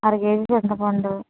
అరకేజీ చింతపండు